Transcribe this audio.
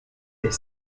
est